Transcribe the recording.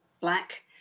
Black